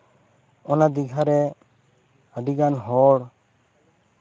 ᱚᱱᱟ ᱫᱤᱜᱷᱟ ᱨᱮ ᱟᱹᱰᱤ ᱜᱟᱱ ᱦᱚᱲ